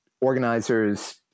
organizers